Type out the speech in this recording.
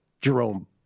Jerome